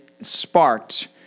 sparked